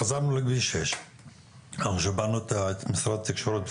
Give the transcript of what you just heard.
חזרנו לכביש 6. אנחנו שמענו את משרד התקשורת,